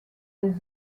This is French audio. des